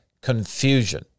Confusion